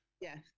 Yes